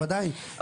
ודאי,